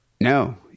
No